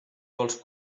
vols